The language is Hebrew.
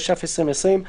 התש"ף-2020 (להלן,